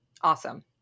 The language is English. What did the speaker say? Awesome